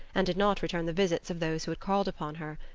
and did not return the visits of those who had called upon her.